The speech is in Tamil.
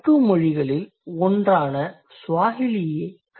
Bantu மொழிகளில் ஒன்றான Swahiliஐ கணக்கில் எடுத்துக்கொள்வோம்